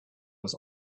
was